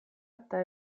eta